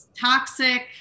toxic